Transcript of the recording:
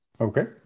okay